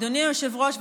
אדוני היושב-ראש,